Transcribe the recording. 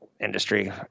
industry